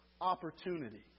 opportunity